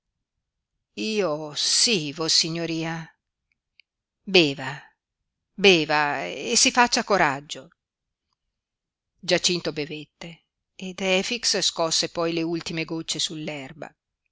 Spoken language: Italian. io sí vossignoria beva beva e si faccia coraggio giacinto bevette ed efix scosse poi le ultime gocce